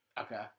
Okay